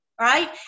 right